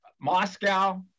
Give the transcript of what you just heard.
Moscow